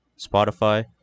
Spotify